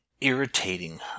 irritating